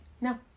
No